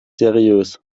seriös